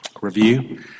review